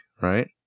right